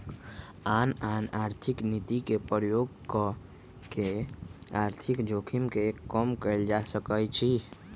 आन आन आर्थिक नीति के प्रयोग कऽ के आर्थिक जोखिम के कम कयल जा सकइ छइ